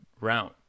round